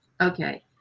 okay